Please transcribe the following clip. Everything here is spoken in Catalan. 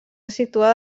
situada